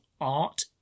art